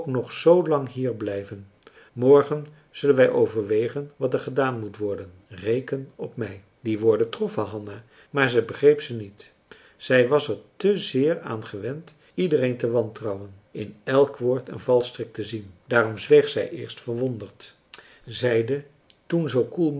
zoo lang hier blijven morgen zullen wij overwegen wat er gedaan moet worden reken op mij die woorden troffen hanna maar zij begreep ze niet zij was er te zeer aan gewend iedereen te wantrouwen in elk woord een valstrik te zien daarom zweeg zij eerst verwonderd zeide toen zoo koel